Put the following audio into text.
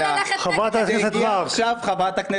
זה הגיע עכשיו חברת הכנסת מארק,